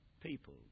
people